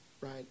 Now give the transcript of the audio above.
right